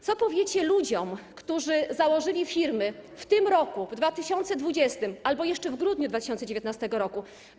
Co powiecie ludziom, którzy założyli firmy w tym roku, w 2020 r., albo jeszcze w grudniu 2019 r.